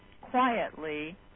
quietly